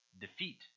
defeat